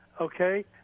Okay